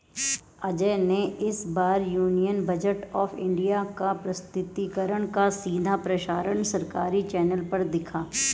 अजय ने इस बार यूनियन बजट ऑफ़ इंडिया का प्रस्तुतिकरण का सीधा प्रसारण सरकारी चैनल पर देखा